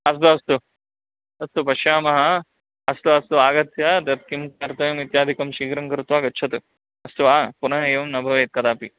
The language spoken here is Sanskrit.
अस्तु अस्तु अस्तु पश्यामः अस्तु अस्तु आगत्य तत् किं कर्तव्यम् इत्यादिकं शीघ्रं कृत्वा गच्छतु अस्तु वा पुनः एवं न भवेत् कदापि